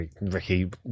Ricky